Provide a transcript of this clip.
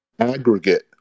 aggregate